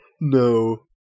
No